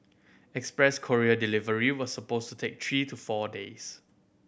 express courier delivery was supposed to take three to four days